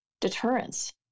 deterrence